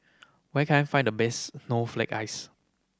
where can I find the best snowflake ice